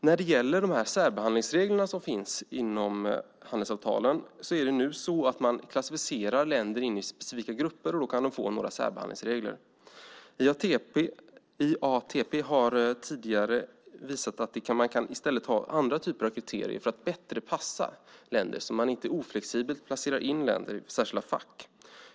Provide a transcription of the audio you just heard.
När det gäller de särbehandlingsregler som finns inom handelsavtalen klassificerar man länder in i specifika grupper, och då kan de få några särbehandlingsregler. IATP har tidigare visat att man i stället kan ha andra typer av kriterier som bättre passar länder så att man inte oflexibelt passar in länder i särskilda fack.